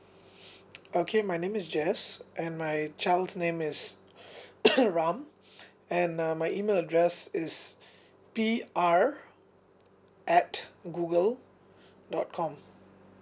okay my name is jess and my child's name is ram and uh my email address is P R at Google dot com